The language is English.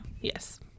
yes